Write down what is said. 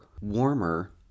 warmer